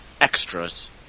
extras